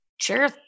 Sure